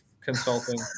consulting